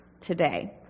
today